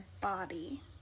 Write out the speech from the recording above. body